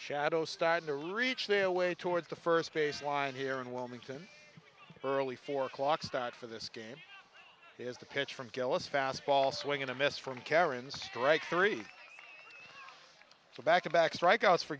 shadow starting to reach their way towards the first base line here in wilmington early four o'clock start for this game is the pitch from gillis fastball swinging a miss from karyn's strike three back to back strikeouts for